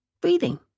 Breathing